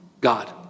God